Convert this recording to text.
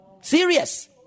Serious